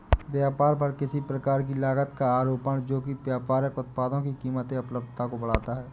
व्यापार पर किसी प्रकार की लागत का आरोपण जो कि व्यापारिक उत्पादों की कीमत या उपलब्धता को बढ़ाता है